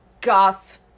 goth